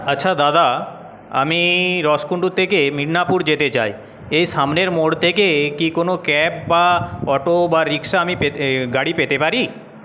আচ্ছা দাদা আমি রসকুণ্ডু থেকে মেদিনীপুর যেতে চাই এই সামনের মোড় থেকে কি কোনো ক্যাব বা অটো বা রিক্সা আমি গাড়ি পেতে পারি